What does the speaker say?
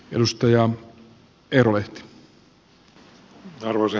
arvoisa herra puhemies